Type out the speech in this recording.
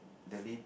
the lid